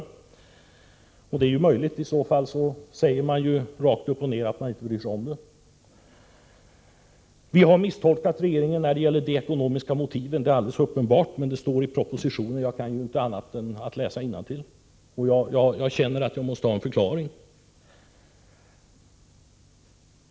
Det är ju möjligt att han har rätt, men då säger han ju rätt upp och ned att han inte bryr sig om problemet. Vi misstolkade regeringen, säger justitieministern, när det gäller de ekonomiska motiven. Det är alldeles uppenbart. Men de ekonomiska motiven framgår av propositionen. Jag kan ju inte annat än läsa innantill. Jag har behov av en förklaring på detta.